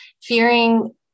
Fearing